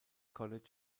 college